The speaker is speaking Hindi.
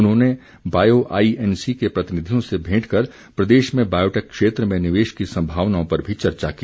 उन्होंने बायो आईएनसी के प्रतिनिधियों से भेंट कर प्रदेश में बायोटेक क्षेत्र में निवेश की संभावनाओं पर भी चर्चा की